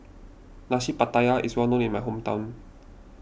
Nasi Pattaya is well known in my hometown